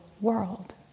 world